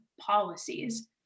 policies